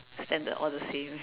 standard all the same